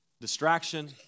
Distraction